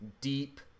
deep